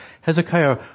Hezekiah